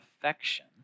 affection